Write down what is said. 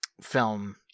film